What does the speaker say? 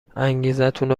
انگیزتونو